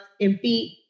MP